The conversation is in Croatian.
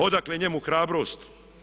Odakle njemu hrabrost?